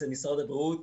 אצל משרד הבריאות.